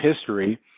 history